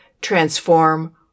transform